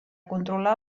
controlar